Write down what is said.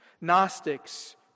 Gnostics